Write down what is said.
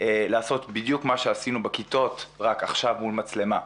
לעשות בדיוק מה שעשינו בכיתות רק עכשיו מול מצלמה.